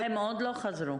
הם עוד לא חזרו.